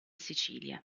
sicilia